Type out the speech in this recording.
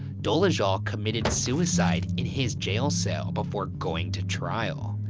dolezal committed suicide in his jail cell before going to trial.